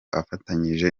afatanyije